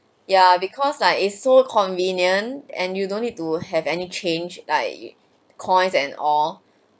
ya because like it's so convenient and you don't need to have any change like coins and all